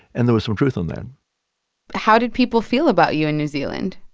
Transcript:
and there was some truth on that how did people feel about you in new zealand?